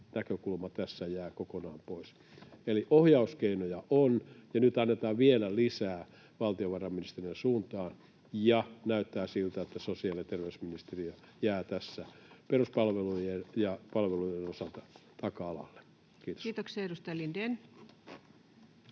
näkökulma tässä jää kokonaan pois. Eli ohjauskeinoja on, ja nyt annetaan vielä lisää valtiovarainministeriön suuntaan, ja näyttää siltä, että sosiaali- ja terveysministeriö jää tässä peruspalvelujen osalta taka-alalle. — Kiitos. Kiitoksia. — Edustaja Lindén.